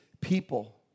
people